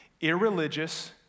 irreligious